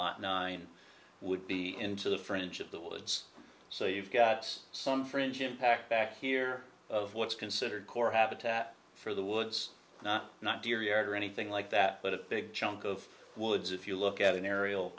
nine would be into the french of the woods so you've got us some fringe impact back here of what's considered core habitat for the woods not not deer yard or anything like that but a big chunk of woods if you look at an aerial